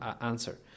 answer